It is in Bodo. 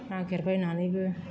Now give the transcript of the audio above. नागिरबायनानैबो